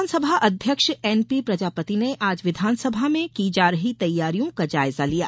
विधानसभा अध्यक्ष N P Prajapati ने आज विधानसभा में की जा रही तैयारियों का जायजा लिया